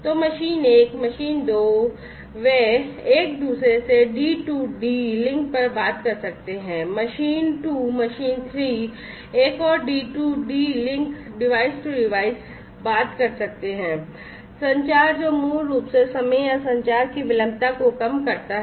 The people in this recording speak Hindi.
तो मशीन 1 मशीन 2 वे एक दूसरे से D2D लिंक पर बात कर सकते हैं मशीन टू मशीन 3 एक और D2D link device to device बात कर सकते हैं संचार जो मूल रूप से समय या संचार की विलंबता को कम करता है